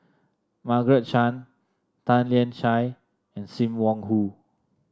Margaret Chan Tan Lian Chye and Sim Wong Hoo